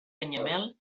canyamel